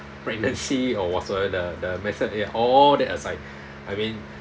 pregnancy or whatsoever the the menses ya all that aside I mean